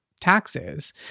taxes